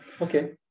Okay